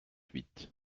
huit